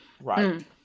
right